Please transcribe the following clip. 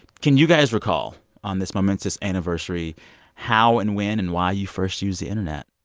can you guys recall on this momentous anniversary how and when and why you first used the internet?